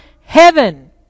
heaven